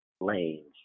lanes